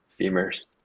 femurs